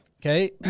okay